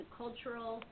cultural